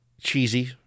cheesy